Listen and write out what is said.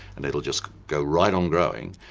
and it will just go right on growing,